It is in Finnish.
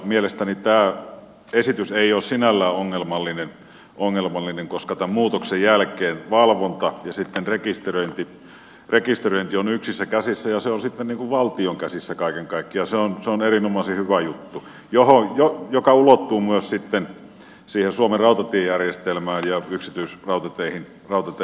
mielestäni tämä esitys ei ole sinällään ongelmallinen koska tämän muutoksen jälkeen valvonta ja rekisteröinti on yksissä käsissä ja se on sitten valtion käsissä kaiken kaikkiaan se on erinomaisen hyvä juttu ja se ulottuu myös sitten siihen suomen rautatiejärjestelmään ja yksityisrautateihin asti